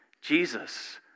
Jesus